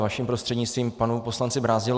Vaším prostřednictví panu poslanci Brázdilovi.